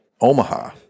Omaha